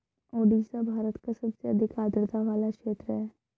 ओडिशा भारत का सबसे अधिक आद्रता वाला क्षेत्र है